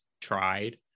tried